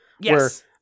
Yes